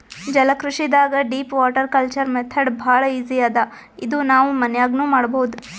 ಜಲಕೃಷಿದಾಗ್ deep water culture method ಭಾಳ್ easy ಅದಾ ಇದು ನಾವ್ ಮನ್ಯಾಗ್ನೂ ಮಾಡಬಹುದ್